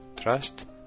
trust